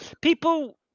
people